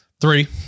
three